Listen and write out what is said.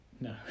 No